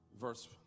verse